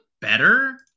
better